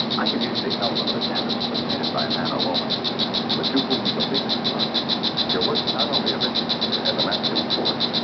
i can usually tell other campuses than painted by man or woman but you would be completely mismatch their work is not only original but as a masculine force.